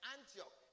Antioch